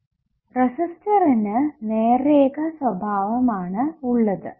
റെസിസ്റ്റൻസിനു നേർരേഖ സ്വഭാവം ആണ് ഉള്ളത്